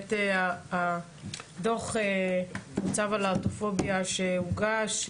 באמת הדוח מצב הלהט"בופוביה שהוגש,